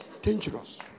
dangerous